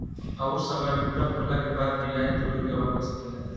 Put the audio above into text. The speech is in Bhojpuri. अउर समय पूरा होला के बाद बियाज जोड़ के वापस मिल जाला